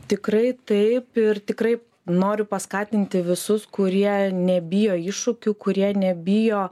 tikrai taip ir tikrai noriu paskatinti visus kurie nebijo iššūkių kurie nebijo